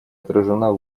отражена